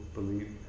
believe